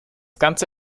ganze